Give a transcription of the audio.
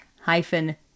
hyphen